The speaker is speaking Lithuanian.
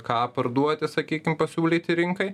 ką parduoti sakykim pasiūlyti rinkai